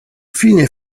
fine